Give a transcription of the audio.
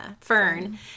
Fern